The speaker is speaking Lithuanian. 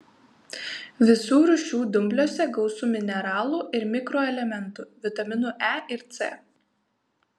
visų rūšių dumbliuose gausu mineralų ir mikroelementų vitaminų e ir c